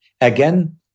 Again